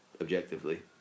objectively